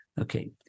Okay